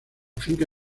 finca